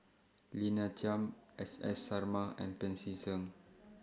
Lina Chiam S S Sarma and Pancy Seng